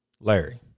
Larry